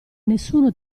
nessuno